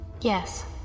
Yes